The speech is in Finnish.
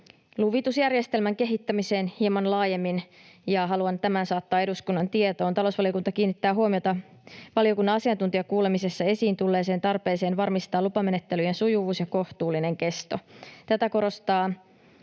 luvitusjärjestelmän kehittämiseen hieman laajemmin, ja haluan tämän saattaa eduskunnan tietoon. Talousvaliokunta kiinnittää huomiota valiokunnan asiantuntijakuulemisessa esiin tulleeseen tarpeeseen varmistaa lupamenettelyjen sujuvuus ja kohtuullinen kesto. Tätä korostaa